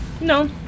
No